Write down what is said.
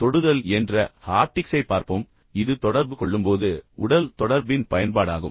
தொடுதல் என்ற ஹாப்டிக்ஸைப் பார்ப்போம் இது உண்மையில் தொடர்பு கொள்ளும்போது உடல் தொடர்பின் பயன்பாடாகும்